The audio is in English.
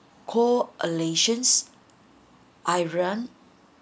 call a nation iran